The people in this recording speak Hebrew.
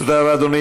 תודה רבה, אדוני.